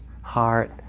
heart